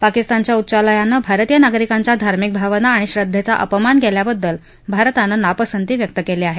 पाकिस्तानच्या उच्चालयानं भारतीय नागरिकांच्या धार्मिक भावना आणि श्रद्धेचा अपमान केल्याबद्दल भारतानं नापसंती व्यक्त केली आहे